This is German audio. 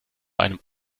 einem